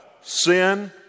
sin